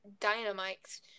Dynamite's